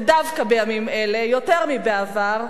ודווקא בימים אלה יותר מבעבר,